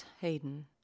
Hayden